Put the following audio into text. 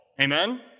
Amen